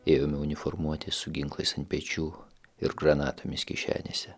ėjome uniformuoti su ginklais ant pečių ir granatomis kišenėse